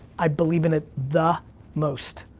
i believe in it the most.